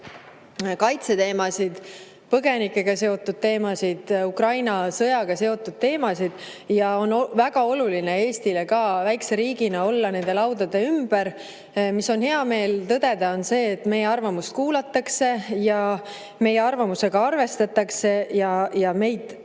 kaitseteemasid, põgenikega seotud teemasid, Ukraina sõjaga seotud teemasid, ja väga oluline on Eestile väikese riigina olla nende laudade ümber. Hea meel on tõdeda seda, et meie arvamust kuulatakse ja meie arvamusega arvestatakse ja meid